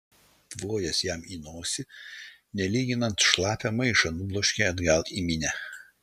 tvojęs jam į nosį nelyginant šlapią maišą nubloškė atgal į minią